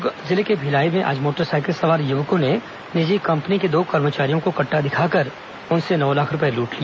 दुर्ग के भिलाई में आज मोटरसाइकिल सवार युवकों ने निजी कंपनी के दो कर्मचारियों को कट्टा दिखाकर नौ लाख रूपये लूट लिए